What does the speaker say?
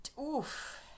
Oof